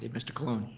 mr. colon.